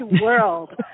world